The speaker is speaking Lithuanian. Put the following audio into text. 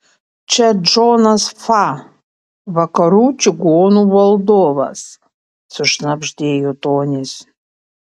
čia džonas fa vakarų čigonų valdovas sušnabždėjo tonis